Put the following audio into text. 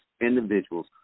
individuals